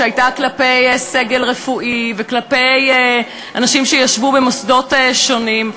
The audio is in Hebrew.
שהייתה כפי סגל רפואי וכלפי אנשים שישבו במוסדות שונים.